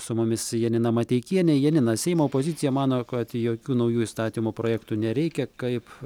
su mumis janina mateikienė janina seimo opozicija mano kad jokių naujų įstatymo projektų nereikia kaip